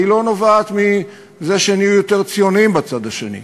והיא לא נובעת מזה שנהיו יותר ציונים בצד השני.